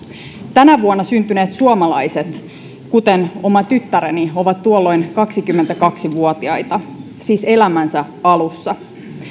tänä vuonna syntyneet suomalaiset kuten oma tyttäreni ovat tuolloin kaksikymmentäkaksi vuotiaita siis elämänsä alussa